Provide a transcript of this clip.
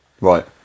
Right